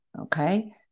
okay